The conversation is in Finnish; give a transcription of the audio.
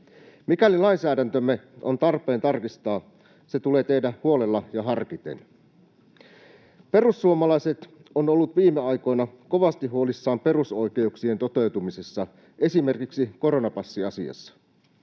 Mikäli lainsäädäntömme on tarpeen tarkistaa, se tulee tehdä huolella ja harkiten. Perussuomalaiset on ollut viime aikoina kovasti huolissaan perusoikeuksien toteutumisesta, esimerkiksi koronapassiasiassa.